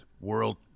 world